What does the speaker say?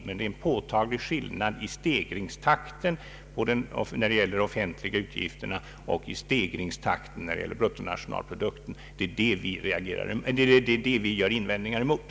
Men det är en påtaglig skillnad i stegringstakt när det gäller de offentliga utgifterna och stegringstakten när det gäller bruttonationalprodukten. Det är detta vi gör invändningar mot.